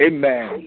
Amen